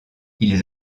ils